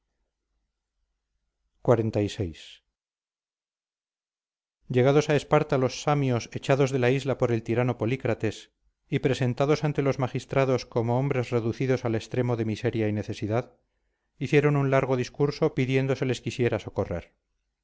de egipto xcvi llegados a esparta los samios echados de la isla por el tirano polícrates y presentados ante los magistrados como hombres reducidos al extremo de miseria y necesidad hicieron un largo discurso pidiendo se les quisiera socorrer